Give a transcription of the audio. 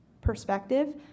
perspective